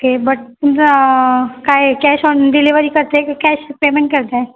okay but तुमचा काय cash on delivery करत आहे का कॅश पेमेंट करत आहे